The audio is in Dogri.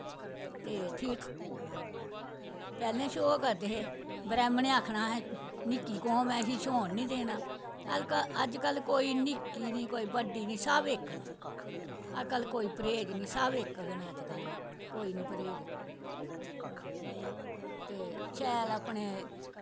ते ठीक पैह्लें छोह्न करदे हे ब्रह्मणें आक्खना निक्की कौम ऐ इसगी छोह्न निं देना अजकल्ल कोई निक्की निं बड्डी निं सब इक न अजकल्ल कोई परहेज निं सब इक न अजकल्ल कोई निं परहेज ते शैल अपने